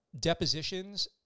depositions